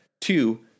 Two